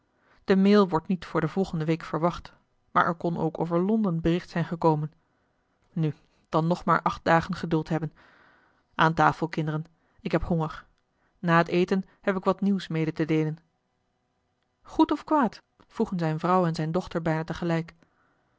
de mail wordt niet voor de volgende week verwacht maar er kon ook over londen bericht zijn gekomen nu dan nog maar acht dagen geduld hebben aan tafel kinderen ik heb honger na het eten heb ik wat nieuws mede te deelen goed of kwaad vroegen zijne vrouw en zijne dochter bijna